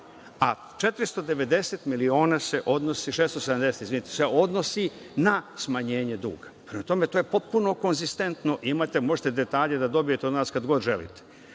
a 670 miliona se odnosi na smanjenje duga. Prema tome, to je potpuno konzistentno. Možete detalje da dobijete od nas kada god želite.